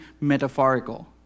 metaphorical